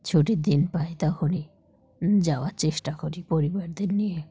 ছুটির দিন পাই তখনই যাওয়ার চেষ্টা করি পরিবারদের নিয়ে